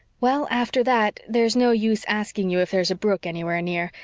well, after that, there's no use asking you if there's a brook anywhere near.